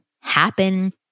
happen